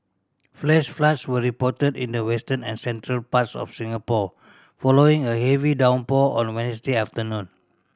flash floods were reported in the western and central parts of Singapore following a heavy downpour on Wednesday afternoon